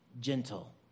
Gentle